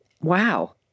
Wow